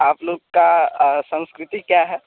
आप लोग का संस्कृति क्या है